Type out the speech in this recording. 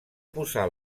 posar